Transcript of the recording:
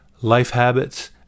lifehabits